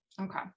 Okay